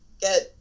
get